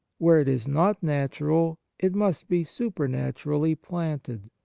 where it is not natural, it must be supernaturally planted.